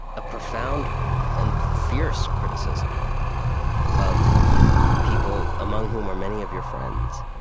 a profound and fierce criticism of people among whom are many of your friends,